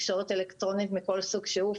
תקשורת אלקטרונית מכל סוג שהוא,